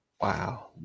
wow